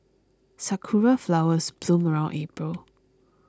sakura flowers bloom around April